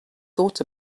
thought